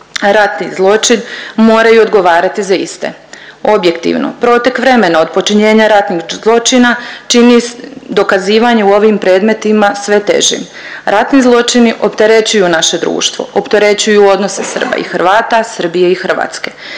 ratni zločin moraju odgovarati za iste. Objektivno protek vremena od počinjenja ratnih zločina čini dokazivanje u ovim predmetima sve težim. Ratni zločini opterećuju naše društvo, opterećuju odnose Srba i Hrvata, Srbije i Hrvatske.